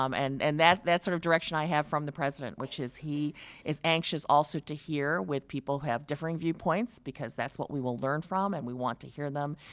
um and and that sort of direction i have from the president, which is he is anxious also to hear with people who have differing viewpoints, because that's what we will learn from and we want to hear them,